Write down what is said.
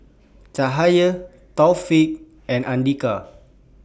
Cahaya Taufik and Andika